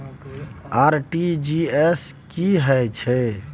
RTG S की है छै?